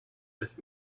with